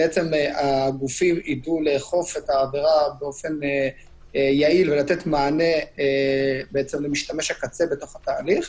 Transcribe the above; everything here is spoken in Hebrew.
והגופים ידעו לאכוף את העבירה באופן יעיל ולתת מענה למשתמש הקצה בתהליך,